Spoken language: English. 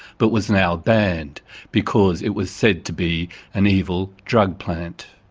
but was now banned because it was said to be an evil drug plant.